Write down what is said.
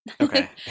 Okay